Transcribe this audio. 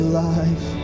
life